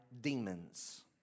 demons